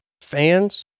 fans